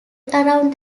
around